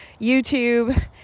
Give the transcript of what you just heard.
youtube